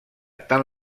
tant